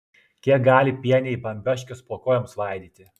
kiek gali pieniai bambioškes po kojom svaidyti